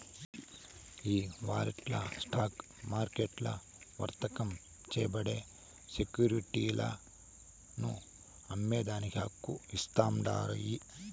ఈ వారంట్లు స్టాక్ మార్కెట్లల్ల వర్తకం చేయబడే సెక్యురిటీలను అమ్మేదానికి హక్కు ఇస్తాండాయి